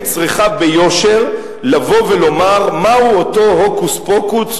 היא צריכה ביושר לבוא ולומר מהו אותו הוקוס-פוקוס,